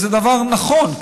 זה דבר נכון,